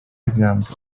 williams